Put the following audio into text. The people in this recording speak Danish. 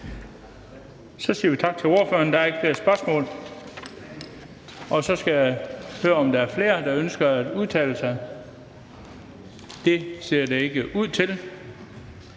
Så siger vi tak til ordføreren. Der er ikke flere spørgsmål. Så skal jeg høre, om der er flere, der ønsker at udtale sig. Det ser det ikke ud til.